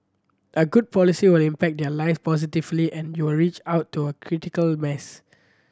a good policy will impact their live positively and you'll reach out to a critical mass